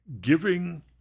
giving